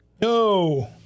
No